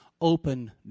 open